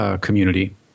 community